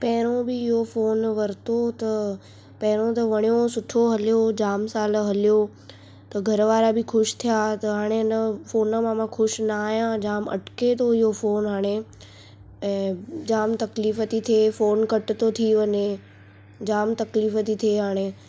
पहिरों बि इहो फ़ोन वरितो त पहिरों त वणियो सुठो हलियो जाम साल हलियो त घर वारा बि ख़ुशि थिया त हाणे हिन फ़ोन मां ख़ुशि न आहियां जाम अटके थो इहो फ़ोन हाणे ऐं जाम तकलीफ़ थी थिए फ़ोन कट थो थी वञे जाम तकलीफ़ थी थिए हाणे